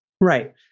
Right